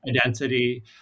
identity